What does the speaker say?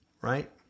right